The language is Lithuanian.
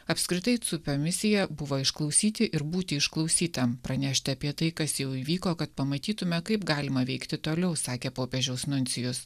apskritai dzupio misija buvo išklausyti ir būti išklausytam pranešti apie tai kas jau įvyko kad pamatytumė kaip galima veikti toliau sakė popiežiaus nuncijus